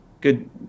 good